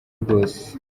rwose